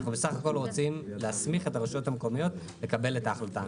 אנחנו בסך הכול רוצים להסמיך את הרשויות המקומיות לקבל את ההחלטה.